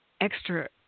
extra